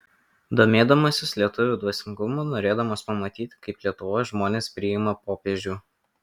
domėdamasis lietuvių dvasingumu norėdamas pamatyti kaip lietuvos žmonės priima popiežių